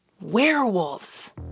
Werewolves